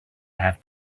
have